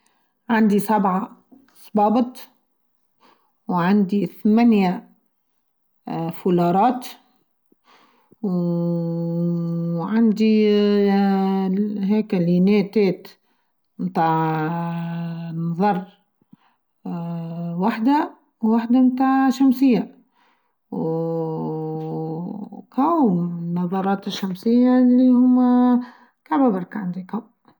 عندي سبعه سبابط و عندي ثمانيه فولارات ممم و عندي هاكا ااااا إلي ناتات تاع ااااااا إنذر ااااا واحده و واحده تاع شمسيه وووو كاهو نظارات الشمسيه إلي هما كابابار كا عندي كاهو.